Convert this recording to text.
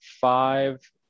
five